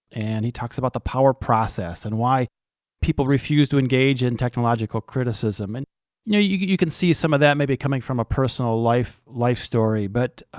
and he talks about the power process and why people refuse to engage in technological criticism, and you know you you can see some of that may be coming from a personal life life story, but